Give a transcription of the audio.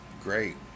great